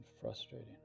frustrating